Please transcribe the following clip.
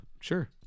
sure